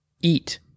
eat